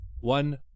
one